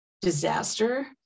disaster